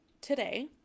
today